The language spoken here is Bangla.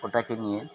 ওটাকে নিয়ে